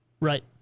Right